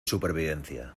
supervivencia